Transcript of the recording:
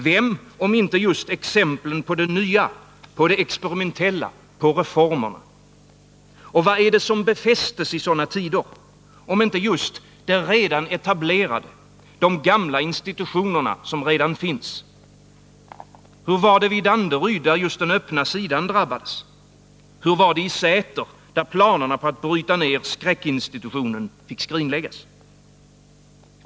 Vem, om inte just exemplen på det nya, på det experimentella, på reformerna? Och vad är det som befästs i sådana tider, om inte just det redan etablerade, de gamla institutioner som redan finns? Hur var det vid Danderyd, där just den öppna sidan drabbades? Hur var det i Säter, där planerna på att bryta ner skräckinstitutionen fick skrinläggas?